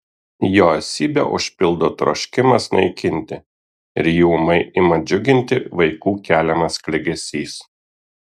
jo esybę užpildo troškimas naikinti ir jį ūmai ima džiuginti vaikų keliamas klegesys